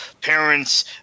Parents